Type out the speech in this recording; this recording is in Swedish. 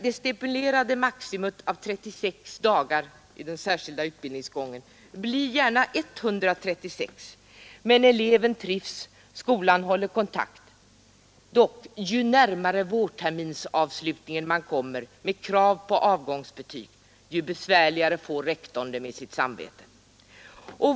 Det stipulerade maxiantalet dagar i den särskilda utbildningsgången — 36 dagar — blir gärna 136, men eleven trivs och skolan håller kontakt. Dock, ju närmare vårterminsavslutningen man kommer med krav på avgångsbetyg, desto besvärligare får rektorn det med sitt samvete.